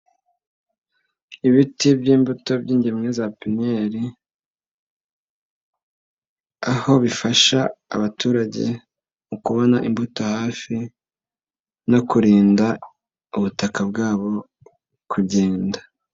Ibiti by'imbuto byingemwe za piniyeri aho bifasha abaturage mu kubona imbuto hafi no kurinda ubutaka bwabo kugenda.